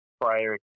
prior